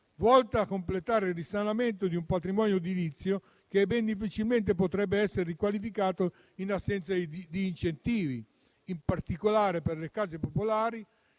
così da completare il risanamento di un patrimonio edilizio che ben difficilmente potrebbe essere riqualificato in assenza di incentivi. In particolare le residenze popolari